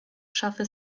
szafy